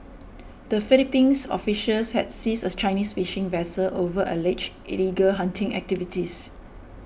the Philippines officials had seized a Chinese fishing vessel over alleged illegal hunting activities